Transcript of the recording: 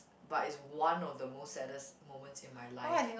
but is one of the most saddest moments in my life